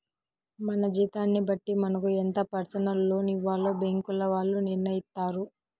మన జీతాన్ని బట్టి మనకు ఎంత పర్సనల్ లోన్ ఇవ్వాలో బ్యేంకుల వాళ్ళు నిర్ణయిత్తారు